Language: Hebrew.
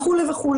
וכו' וכו'.